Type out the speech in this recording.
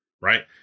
Right